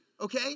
okay